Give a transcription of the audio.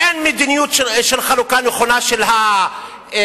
כי אין מדיניות של חלוקה נכונה של המשאבים.